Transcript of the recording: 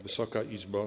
Wysoka Izbo!